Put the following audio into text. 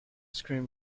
scream